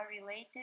related